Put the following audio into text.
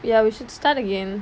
ya we should start again